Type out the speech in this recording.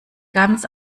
ganz